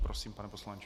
Prosím, pane poslanče.